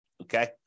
okay